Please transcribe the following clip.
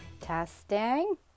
Testing